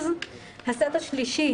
הסט השלישי